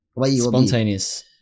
Spontaneous